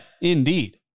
indeed